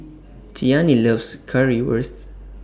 Cheyanne loves Currywurst